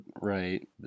right